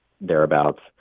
thereabouts